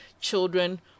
children